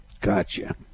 Gotcha